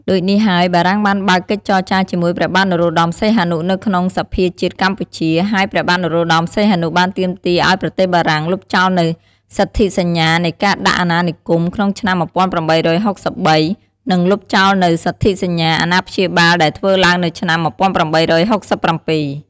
ដូចនេះហើយបារាំងបានបើកកិច្ចចរចារជាមួយព្រះបាទនរោត្តមសីហនុនៅក្នុងសភាជាតិកម្ពុជា ហើយព្រះបាទនរោត្តសីហនុ បានទាមទារឱ្យប្រទេសបារាំងលុបចោលនូវសន្ធិសញ្ញានៃការដាក់អណានិគម ក្នុងឆ្នាំ ១៨៦៣ និង លុបចោលនូវ សន្ធិសញ្ញាអណាព្យាបាលដែលធ្វើឡើងនៅឆ្នាំ ១៨៦៧។